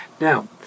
Now